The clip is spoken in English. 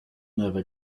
never